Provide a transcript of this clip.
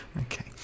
Okay